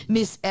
Miss